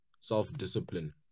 self-discipline